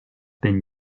been